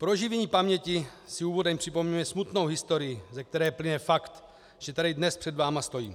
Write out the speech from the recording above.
Pro oživení paměti si úvodem připomeňme smutnou historii, ze které plyne fakt, že tady dnes před vámi stojím.